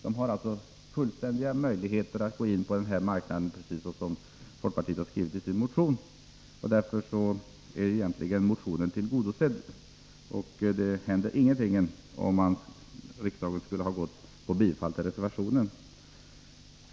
De har fullständiga möjligheter att gå in på denna marknad, precis som folkpartiet har skrivit i sin motion. Därför är motionens syfte tillgodosett, och ett bifall till reservationen ändrar ingenting.